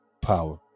power